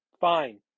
fine